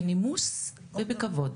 בנימוס ובכבוד.